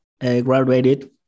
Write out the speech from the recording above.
graduated